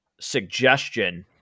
suggestion